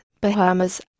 Bahamas